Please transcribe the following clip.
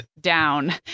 down